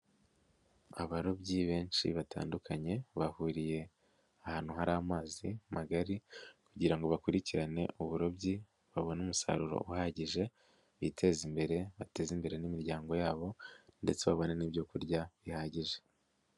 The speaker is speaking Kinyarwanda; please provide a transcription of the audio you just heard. Abarobyi benshi batandukanye bahuriye ahantu hari amazi magari kugira ngo bakurikirane uburobyi babone umusaruro uhagije biteza imbere bateze imbere n'imiryango yabo ndetse babone n'ibyokurya bihagije.